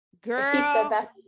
Girl